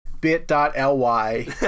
bit.ly